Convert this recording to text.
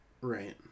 Right